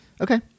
Okay